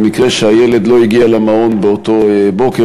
במקרה שהילד לא הגיע למעון באותו בוקר,